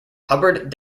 hubbard